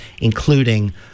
including